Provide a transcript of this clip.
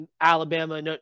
Alabama